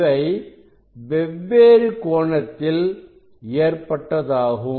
இவை வெவ்வேறு கோணத்தில் ஏற்பட்டதாகும்